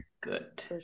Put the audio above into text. Good